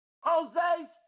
Jose